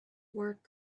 work